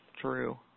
true